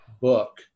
book